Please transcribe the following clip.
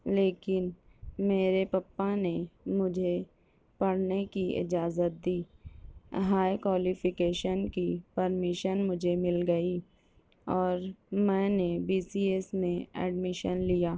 لیکن میرے پپا نے مجھے پڑھنے کی اجازت دی ہائی کوالیفکیشن کی پرمیشن مجھے مل گئی اور میں نے بی سی ایس میں ایڈمیشن لیا